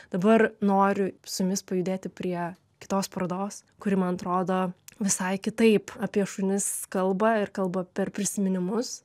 dabar noriu su jumis pajudėti prie kitos parodos kuri man atrodo visai kitaip apie šunis kalba ir kalba per prisiminimus